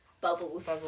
Bubbles